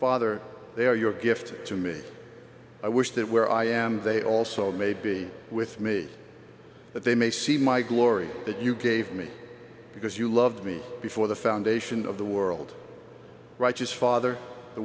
father they are your gift to me i wish that where i am they also may be with me that they may see my glory that you gave me because you loved me before the foundation of the world righteous father the